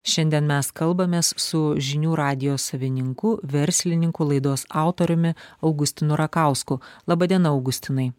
šiandien mes kalbamės su žinių radijo savininku verslininku laidos autoriumi augustinu rakausku laba diena augustinai